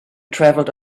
traveled